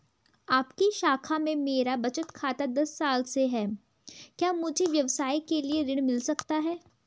आपकी शाखा में मेरा बचत खाता दस साल से है क्या मुझे व्यवसाय के लिए ऋण मिल सकता है?